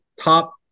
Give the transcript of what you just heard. top –